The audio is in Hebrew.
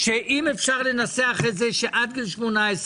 אם אפשר לנסח את זה כך שעד גיל 18,